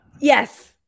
yes